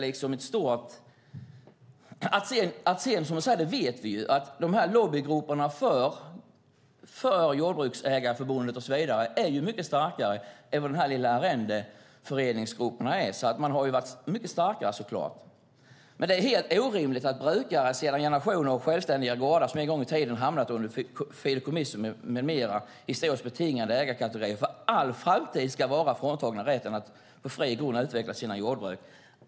Vi vet att lobbygrupperna för Jordägareförbundet är mycket starkare än vad de små arrendeföreningsgrupperna är. De har varit mycket starkare. Det är dock helt orimligt att brukare sedan generationer, på självständiga gårdar som en gång i tiden hamnat under fideikommiss med flera historiskt betingade ägarkategorier, för all framtid ska vara fråntagna rätten att bli fria och kunna utveckla sina jordbruk.